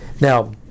Now